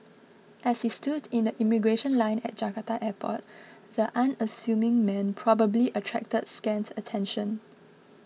as he stood in the immigration line at Jakarta airport the unassuming man probably attracted scant attention